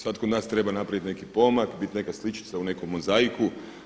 Svatko od nas treba napraviti neki pomak, biti neka sličica u nekom mozaiku.